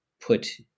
put